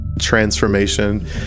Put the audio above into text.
transformation